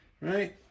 right